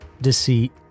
Deceit